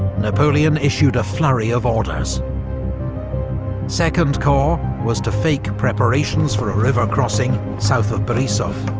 napoleon issued a flurry of orders second corps was to fake preparations for a river crossing south of borisov,